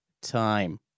time